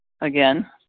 again